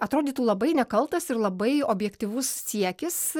atrodytų labai nekaltas ir labai objektyvus siekis